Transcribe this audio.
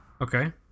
Okay